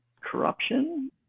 corruption